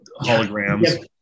holograms